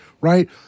right